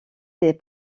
des